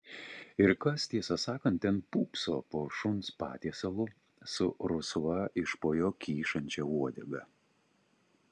ir kas tiesą sakant ten pūpso po šuns patiesalu su rusva iš po jo kyšančia uodega